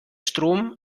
strom